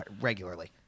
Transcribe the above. regularly